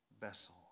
vessel